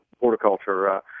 horticulture